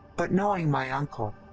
but knowing my uncle,